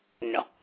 No